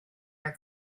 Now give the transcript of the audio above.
are